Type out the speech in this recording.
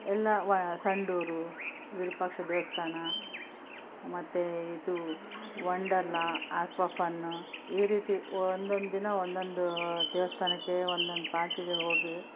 ಎಲ್ಲ ವ ಸಂಡೂರು ವಿರೂಪಾಕ್ಷ ದೇವಸ್ಥಾನ ಮತ್ತೆ ಇದು ವಂಡರ್ಲಾ ಆಕ್ವಾ ಫನ್ನು ಈ ರೀತಿ ಒಂದೊಂದು ದಿನ ಒಂದೊಂದು ದೇವಸ್ಥಾನಕ್ಕೆ ಒಂದೊಂದು ಪಾರ್ಕಿಗೆ ಹೋಗಿ